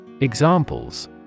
Examples